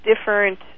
different